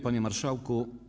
Panie Marszałku!